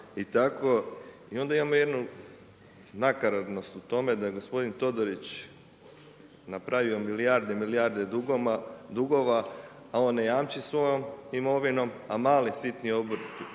I onda imamo jednu nakaradnost u tome da je gospodin Todorić napravio milijarde i milijarde dugova, a on ne jamči svojom imovinom, a mali, sitni obrtnici